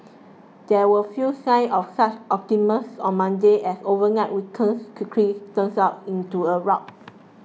there were few signs of such optimism on Monday as overnight weakness quickly turns out into a rout